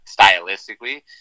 stylistically